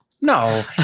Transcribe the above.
No